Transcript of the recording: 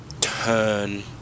turn